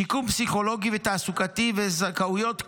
שיקום פסיכולוגי ותעסוקתי, וזכאויות כלליות,